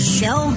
show